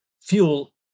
fuel